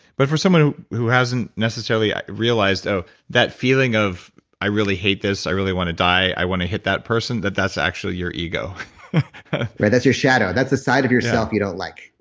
but for someone who hasn't necessarily realized oh, that feeling of i really hate this, i really want to die, i want to hit that person, that that's actually your ego right. that's your shadow. that's a side of yourself you don't like.